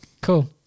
Cool